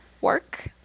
work